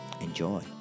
Enjoy